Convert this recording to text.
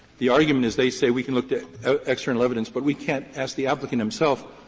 the argument is, they say we can look at external evidence, but we can't ask the applicant himself,